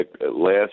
last